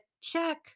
check